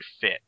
fit